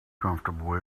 comfortable